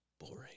boring